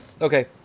Okay